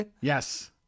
yes